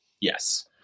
Yes